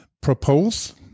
propose